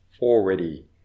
already